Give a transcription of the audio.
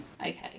Okay